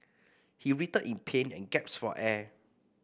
he writhed in pain and gasped for air